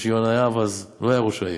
אני חושב שיונה יהב לא היה אז ראש העיר.